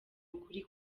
ukuri